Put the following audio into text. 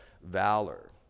valor